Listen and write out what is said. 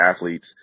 athletes